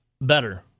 better